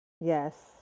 yes